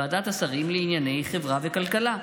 ועדת השרים לענייני חברה וכלכלה,